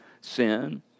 sin